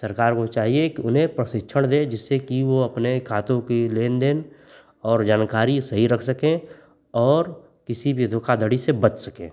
सरकार को चाहिए कि उन्हें प्रशिक्षण दे जिससे की वह अपने खातों की लेन देन और जानकारी सही रख सके और किसी भी धोखाधड़ी से बच सके